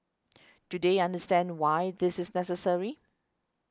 do they understand why this is necessary